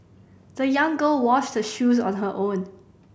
the young girl washed her shoes on her own